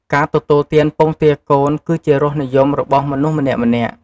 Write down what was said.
ការទទួលទានពងទាកូន គឺជារសនិយមរបស់មនុស្សម្នាក់ៗ។